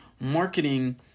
marketing